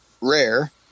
rare